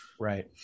right